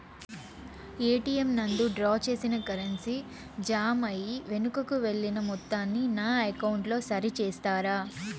ATM నందు draw చేసిన currency జామ అయి వెనుకకు వెళ్లిన మొత్తాన్ని నా అకౌంట్ లో సరి చేస్తారా?